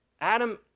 Adam